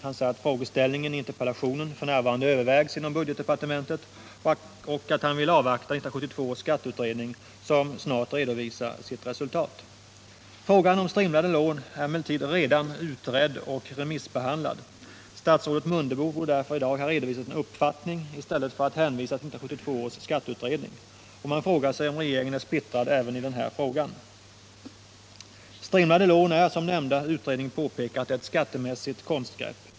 Han säger att frågeställningen i interpellationen f. n. övervägs inom budgetdepartementet och att han vill avvakta 1972 års skatteutredning, som snart skall redovisa sitt resultat. Frågan om strimlade lån är emellertid redan utredd och remissbehandlad. Statsrådet Mundebo borde därför i dag ha redovisat en uppfattning i stället för att hänvisa till 1972 års skatteutredning. Man frågar sig om regeringen är splittrad även i den här frågan. Strimlade lån är, som nämnda utredning påpekat, ett skattemässigt konstgrepp.